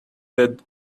that